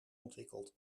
ontwikkeld